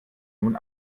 nun